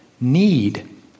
need